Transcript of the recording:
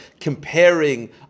comparing